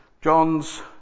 John's